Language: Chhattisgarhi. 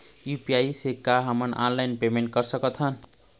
यू.पी.आई से का हमन ऑनलाइन पेमेंट कर सकत हन?